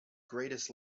greatest